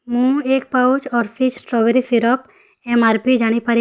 ମୁଁ ଏକ pouch Hershey's strawberry ସିରପ୍ର ଏମ୍ ଆର୍ ପି ଜାଣିପାରେ